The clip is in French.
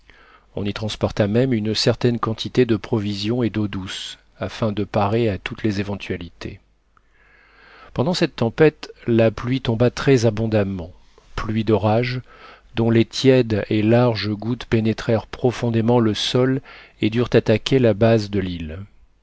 on y transporta même une certaine quantité de provisions et d'eau douce afin de parer à toutes les éventualités pendant cette tempête la pluie tomba très abondamment pluie d'orage dont les tièdes et larges gouttes pénétrèrent profondément le sol et durent attaquer la base de l'île